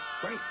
great